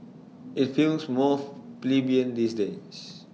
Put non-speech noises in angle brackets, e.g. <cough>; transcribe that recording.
IT feels more <noise> plebeian these days